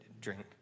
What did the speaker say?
drink